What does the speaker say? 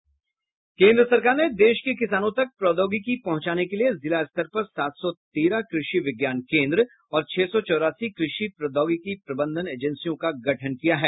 केन्द्र सरकार ने देश के किसानों तक प्रौद्योगिकी पहुंचाने के लिए जिला स्तर पर सात सौ तेरह कृषि विज्ञान केंद्र और छह सौ चौरासी कृषि प्रौद्योगिकी प्रबंधन एजेंसियों का गठन किया है